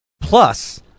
plus